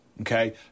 okay